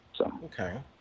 okay